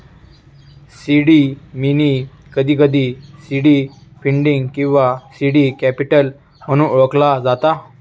seed money, कधीकधी seed funding किंवा seed capital म्हणून ओळखला जाता